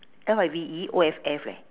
L I V E O F F leh